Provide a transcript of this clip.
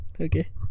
Okay